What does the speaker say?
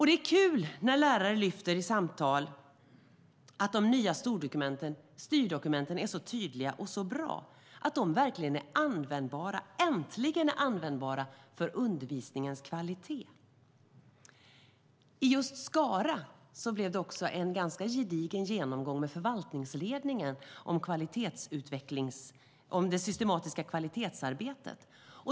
Det är kul när lärare i samtal lyfter fram att de nya styrdokumenten är så tydliga och bra att de verkligen och äntligen är användbara för undervisningens kvalitet. I just Skara blev det också en ganska gedigen genomgång med förvaltningsledningen om det systematiska kvalitetsarbetet.